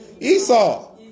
Esau